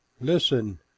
Listen